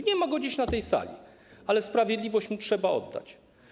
Nie ma go dziś na tej sali, ale sprawiedliwość mu trzeba oddać.